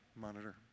monitor